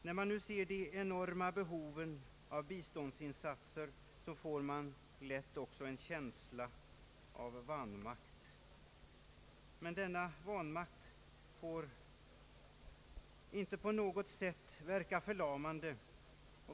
När man nu ser de enorma behoven av biståndsinsatser får man lätt också en känsla av vanmakt, men denna vanmakt får inte på något sätt verka förlamande.